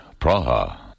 Praha